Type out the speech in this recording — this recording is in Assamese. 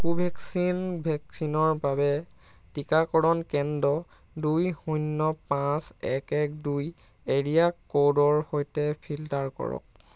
কোভেক্সিন ভেকচিনৰ বাবে টীকাকৰণ কেন্দ্ৰ দুই শূণ্য পাঁচ এক এক দুই এৰিয়া ক'ডৰ সৈতে ফিল্টাৰ কৰক